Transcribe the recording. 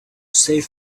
save